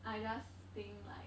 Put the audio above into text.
I just think like